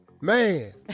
Man